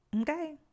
Okay